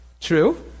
True